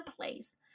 place